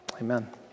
amen